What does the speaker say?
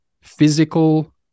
physical